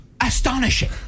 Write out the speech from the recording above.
astonishing